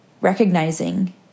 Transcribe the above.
recognizing